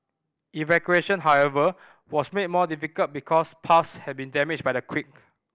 evacuation however was made more difficult because paths had been damaged by the quake